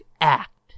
act